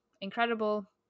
incredible